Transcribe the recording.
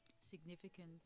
significant